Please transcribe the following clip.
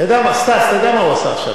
אתה יודע מה, סטס, אתה יודע מה הוא עשה עכשיו?